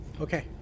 Okay